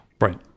Right